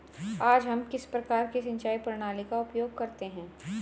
आज हम किस प्रकार की सिंचाई प्रणाली का उपयोग करते हैं?